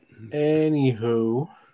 Anywho